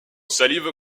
salive